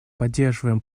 поддерживаем